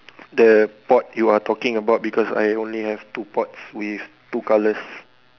the pot you are talking about because I only have two pots with two colours